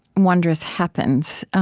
wondrous happens.